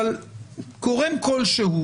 אבל גורם כשלהו